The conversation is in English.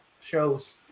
shows